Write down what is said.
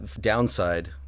downside